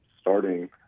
starting